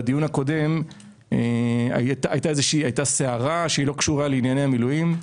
בדיון הקודם הייתה סערה שלא קשורה לענייני מילואים.